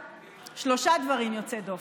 שלושה דברים יוצאי דופן.